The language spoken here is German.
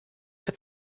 für